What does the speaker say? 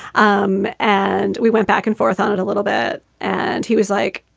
um and we went back and forth on it a little bit. and he was like,